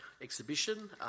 exhibition